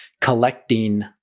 collecting